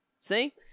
See